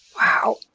wow!